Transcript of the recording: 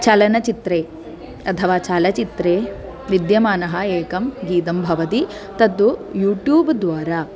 चलनचित्रे अथवा चलचित्रे विद्यमानम् एकं गीतं भवति तत्तु यूट्यूब्द्वारा